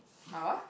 my what